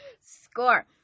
Score